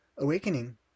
Awakening